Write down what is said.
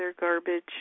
garbage